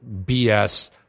BS